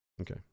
Okay